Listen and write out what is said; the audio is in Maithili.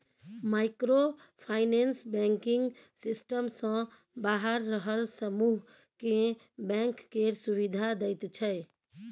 माइक्रो फाइनेंस बैंकिंग सिस्टम सँ बाहर रहल समुह केँ बैंक केर सुविधा दैत छै